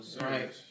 Right